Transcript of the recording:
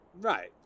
Right